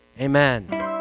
amen